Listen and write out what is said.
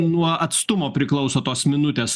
nuo atstumo priklauso tos minutės